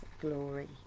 glory